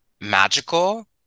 magical